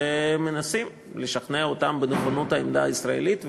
ומנסים לשכנע אותן בנכונות העמדה הישראלית.